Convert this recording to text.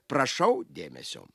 prašau dėmesio